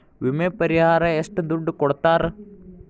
ವಿಮೆ ಪರಿಹಾರ ಎಷ್ಟ ದುಡ್ಡ ಕೊಡ್ತಾರ?